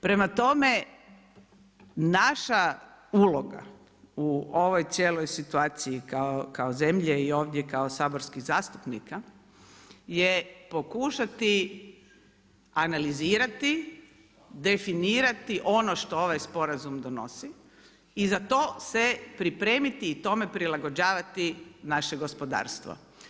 Prema tome, naša uloga u ovoj cijeloj situaciji kao zemlje i ovdje kao saborskih zastupnika je pokušati analizirati, definirati ono što ovaj sporazum donosi i za to se pripremiti i tome prilagođavati naše gospodarstvo.